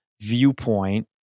viewpoint